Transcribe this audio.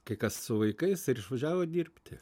kai kas su vaikais ir išvažiavo dirbti